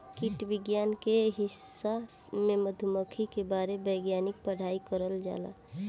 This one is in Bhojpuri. कीट विज्ञान के ए हिस्सा में मधुमक्खी के बारे वैज्ञानिक पढ़ाई कईल जाला